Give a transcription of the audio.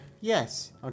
Yes